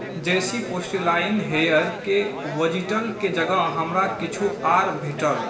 जे सी पॉलीस्टाइनिन हैयरके वेजिटलके जगह हमरा किछु आर भेटल